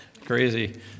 Crazy